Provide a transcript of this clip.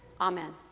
Amen